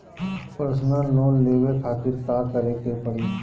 Personal loan लेवे खातिर का करे के पड़ी?